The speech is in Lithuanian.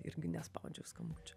irgi nespaudžiau skambučio